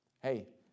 Hey